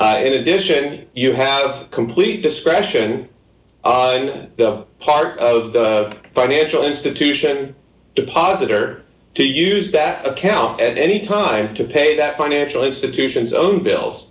in addition you have complete discretion on the part of the financial institution deposit or to use that account at any time to pay that financial institutions own bills